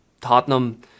Tottenham